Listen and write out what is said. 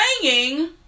singing